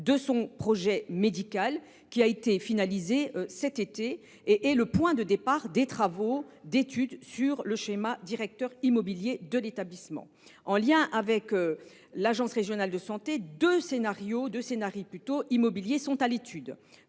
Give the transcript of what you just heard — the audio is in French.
de son projet médical, qui a été finalisé cet été et est le point de départ des travaux d’études sur le schéma directeur immobilier de l’établissement. En lien avec l’Agence régionale de santé, deux immobiliers sont à l’étude